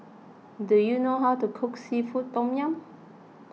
do you know how to cook Seafood Tom Yum